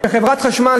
וחברת החשמל,